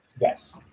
Yes